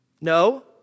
No